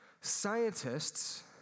scientists